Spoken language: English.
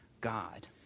God